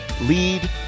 lead